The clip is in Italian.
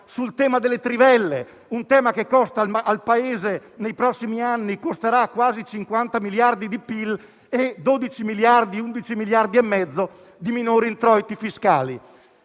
sul tema delle trivelle, che costerà al Paese nei prossimi anni quasi 50 miliardi di PIL e 11,5 miliardi di minori introiti fiscali.